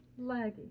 Laggy